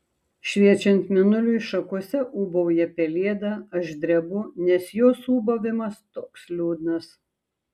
šviečiant mėnuliui šakose ūbauja pelėda aš drebu nes jos ūbavimas toks liūdnas